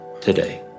today